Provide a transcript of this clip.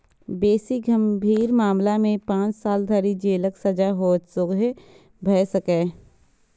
बेसी गंभीर मामला मे पांच साल धरि जेलक सजा सेहो भए सकैए